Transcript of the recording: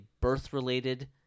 birth-related